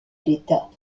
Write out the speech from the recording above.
l’état